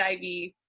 IV